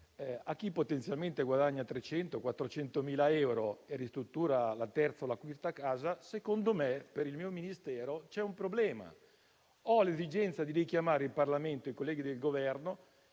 a chi potenzialmente guadagna 300.000 o 400.000 euro e ristruttura la terza o la quinta casa, secondo me, per il mio Ministero, c'è un problema. Io ho l'esigenza di richiamare il Parlamento e i colleghi del Governo